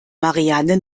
marianne